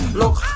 look